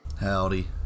Howdy